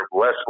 less